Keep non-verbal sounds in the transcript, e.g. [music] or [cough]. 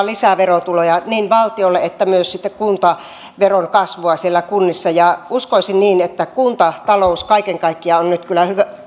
[unintelligible] lisää verotuloja sekä valtiolle että myös sitten kuntaveron kasvua siellä kunnissa uskoisin niin että kuntatalous kaiken kaikkiaan on nyt kyllä